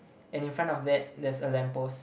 and in front of that there is a lamppost